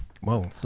Whoa